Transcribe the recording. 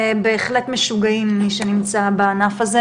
בהחלט משוגעים מי שנמצא בענף הזה,